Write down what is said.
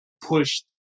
pushed